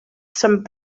sant